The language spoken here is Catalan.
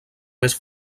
més